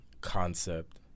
concept